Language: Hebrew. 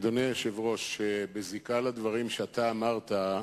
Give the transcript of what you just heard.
אדוני היושב-ראש, בזיקה לדברים שאתה אמרת,